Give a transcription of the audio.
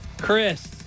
Chris